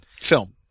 film